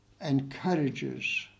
encourages